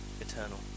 eternal